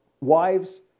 wives